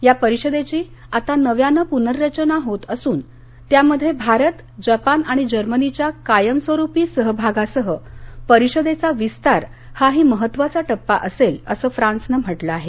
या परिषदेची आता नव्यानं पुनर्रचना होत असून त्यामध्ये भारत जपान आणि जर्मनीच्या कायमस्वरूपी सहभागासह परिषदेचा विस्तार हाही महत्त्वाचा टप्पा असेल असं फ्रान्सनं म्हटलं आहे